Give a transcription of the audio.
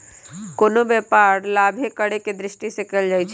कोनो व्यापार लाभे करेके दृष्टि से कएल जाइ छइ